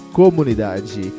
comunidade